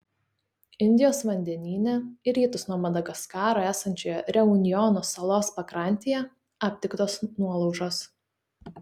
indijos vandenyne į rytus nuo madagaskaro esančioje reunjono salos pakrantėje aptiktos nuolaužos